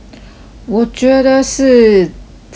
我觉得是自